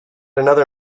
another